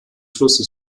flusses